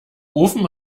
ofen